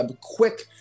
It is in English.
quick